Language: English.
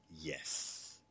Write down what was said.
yes